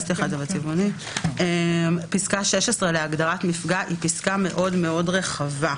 זאת פסקה מאוד מאוד רחבה.